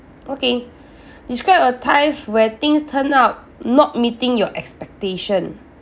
okay describe a time where things turn out not meeting your expectation